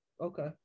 Okay